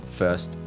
first